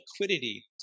liquidity